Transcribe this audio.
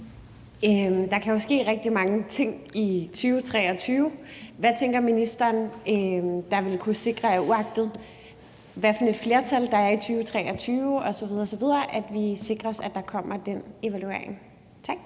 Der kan jo ske rigtig mange ting i 2023. Hvordan tænker ministeren at vi, uagtet hvilket flertal der er i 2023 osv., sikrer os, at der kommer den evaluering? Tak.